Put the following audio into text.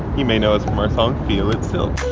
you may know us from our song feel it still.